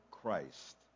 Christ